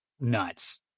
nuts